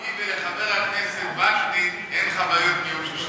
לי ולחבר הכנסת וקנין אין חוויות מיום שישי בערב.